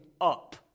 up